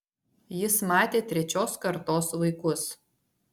jis matė trečios kartos vaikus